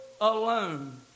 alone